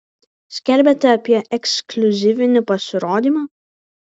skelbiate apie ekskliuzyvinį pasirodymą